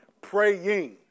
praying